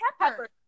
Pepper